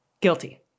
Guilty